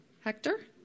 Hector